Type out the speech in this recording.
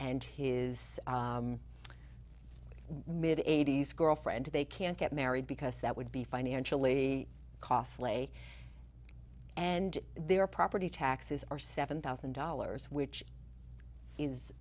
and his mid eighty's girlfriend they can't get married because that would be financially costly and their property taxes are seven thousand dollars which is